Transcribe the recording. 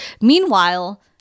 Meanwhile